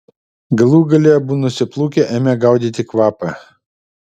galų gale abu nusiplūkę ėmė gaudyti kvapą